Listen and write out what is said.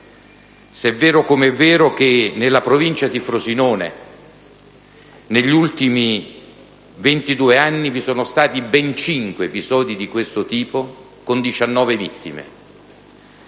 se è vero, come è vero, che nella provincia di Frosinone, negli ultimi 22 anni, vi sono stati ben cinque episodi di questo tipo, con 19 vittime.